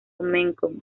mekong